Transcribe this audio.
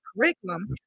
curriculum